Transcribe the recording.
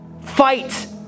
Fight